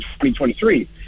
2023